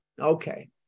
Okay